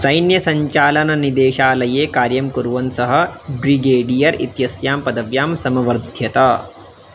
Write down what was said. सैन्यसञ्चालननिदेशालये कार्यं कुर्वन् सः ब्रिगेडियर् इत्यस्यां पदव्यां समवर्ध्यत